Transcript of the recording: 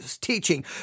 teaching